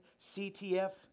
CTF